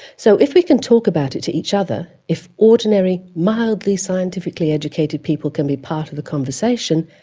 so if we can talk about it to each other, if ordinary mildly scientifically educated people can be part of the conversation,